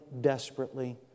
desperately